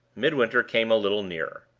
midwinter came a little nearer.